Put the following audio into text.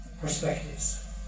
perspectives